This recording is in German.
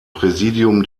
präsidium